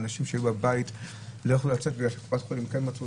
אנשים שהיו בבית ולא יכלו לצאת כי קופת החולים כן מצאו,